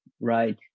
right